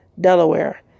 Delaware